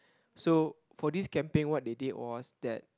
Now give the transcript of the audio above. so for this campaign what they did was that